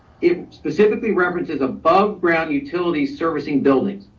it specifically references above ground utility servicing buildings.